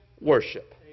worship